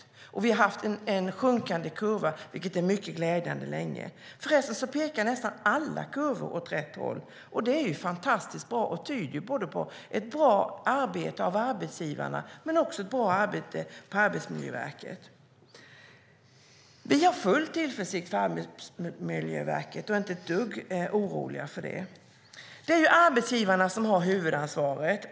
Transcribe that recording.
Vi har länge haft en sjunkande kurva, vilket är mycket glädjande. Nästan alla kurvor pekar åt rätt håll. Det är fantastiskt bra och tyder på ett bra arbete av arbetsgivarna men också ett bra arbete på Arbetsmiljöverket. Vi ser med stor tillförsikt på Arbetsmiljöverket och är inte ett dugg oroliga. Det är arbetsgivaren som har huvudansvaret.